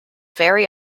very